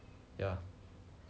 ya